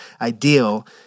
ideal